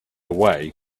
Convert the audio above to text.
way